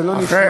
זה לא נשמע.